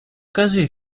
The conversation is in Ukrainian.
кажи